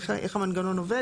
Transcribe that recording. איך המנגנון עובד?